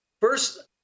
first